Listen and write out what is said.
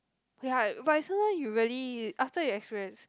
ya but sometimes you really after you experience